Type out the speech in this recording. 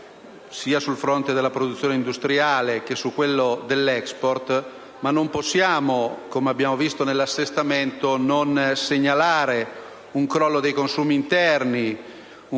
sia sul fronte della produzione industriale che su quello dell'*export*, ma non possiamo - come abbiamo visto nell'assestamento - non segnalare un crollo dei consumi interni, un calo molto significativo